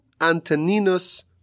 Antoninus